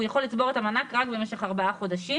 הוא יכול לצבור את המענק רק במשך ארבעה חודשים,